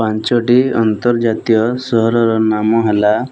ପାଞ୍ଚଟି ଆନ୍ତର୍ଜାତୀୟ ସହରର ନାମ ହେଲା